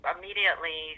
immediately